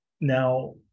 Now